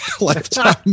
lifetime